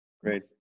Great